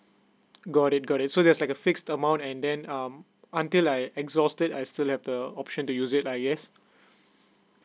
got it got it so there's like a fixed amount and then um until I exhausted I still have the option to use it lah I guess